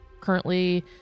currently